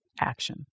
action